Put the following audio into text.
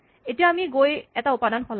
এতিয়া আমি গৈ এটা উপাদান সলাম